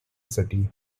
city